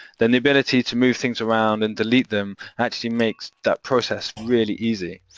than the ability to move things around and delete them actually makes that process really easy.